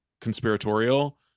conspiratorial